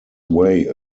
way